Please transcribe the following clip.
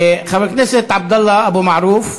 חבר הכנסת עבדאללה אבו מערוף,